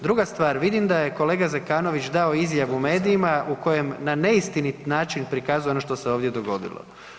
Druga stvar, vidim da je kolega Zekanović dao izjavu medijima u kojem na neistinit način prikazuje ono što se ovdje dogodilo.